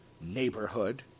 Neighborhood